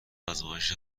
آزمایش